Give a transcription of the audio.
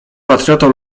patriotą